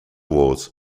wars